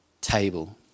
table